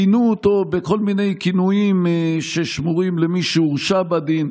כינו אותו בכל מיני כינויים ששמורים למי שהורשע בדין,